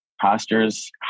pastors